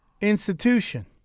Institution